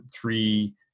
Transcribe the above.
three